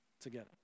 together